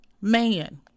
man